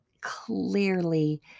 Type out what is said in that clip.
clearly